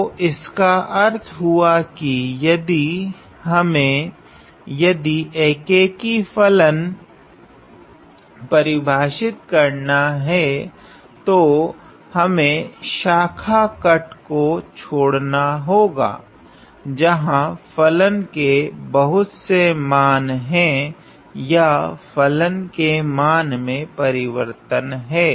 तो इसका अर्थ हुआ कि यदि हमे यदि एकेकी फलन परिभाषित करना हैं तो हमे शाखा कट को छोड़ना होगा जहां फलन के बहुत से मान हैं या फलन के मान मे परिवर्तन हैं